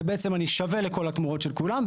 זה בעצם אני שווה לכל התמורות של כולם,